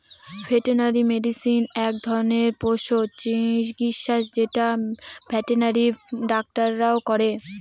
veterinary medicine এক ধরনের পশু চিকিৎসা যেটা ভেটেনারি ডাক্তাররা করে